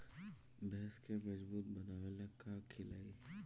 भैंस के मजबूत बनावे ला का खिलाई?